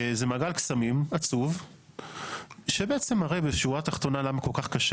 זה מעגל קסמים עצוב שבעצם מראה בשורה תחתונה למה כל כך קשה